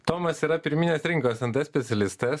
tomas yra pirminės rinkos nt specialistas